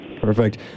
Perfect